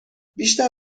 بیشتر